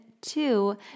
two